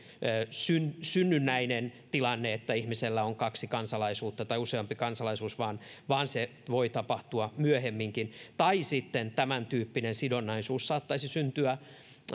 synnynnäinen tilanne että ihmisellä on kaksi kansalaisuutta tai useampi kansalaisuus vaan vaan se voi tapahtua myöhemminkin tai sitten tämän tyyppinen sidonnaisuus saattaisi syntyä